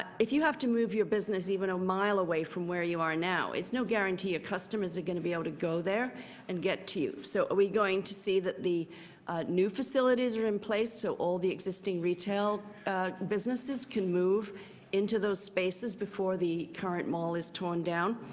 if you have to move your business even a mile away from where you are now, it's no guarantee customers are going to be able to go there and get to you, so are we going to see that the new facilities are in place so all the existing retail businesses can move into those spaces before the current mall is torn down?